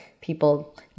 people